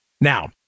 now